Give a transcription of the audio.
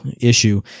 issue